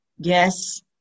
yes